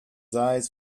eyes